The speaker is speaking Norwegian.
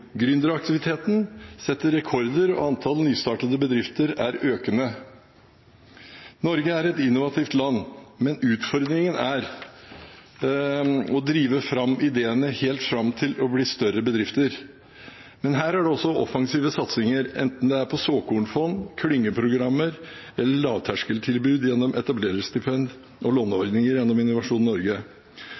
Gründeraktiviteten setter rekorder, og antall nystartede bedrifter er økende. Norge er et innovativt land, men utfordringen er å drive ideene helt fram til de blir til større bedrifter. Her er det også offensive satsinger, enten det er på såkornfond, klyngeprogram eller lavterskeltilbud gjennom etablererstipend og låneordninger gjennom Innovasjon Norge.